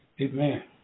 amen